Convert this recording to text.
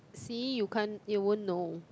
see you can't you wouldn't know